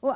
år.